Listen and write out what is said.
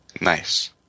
nice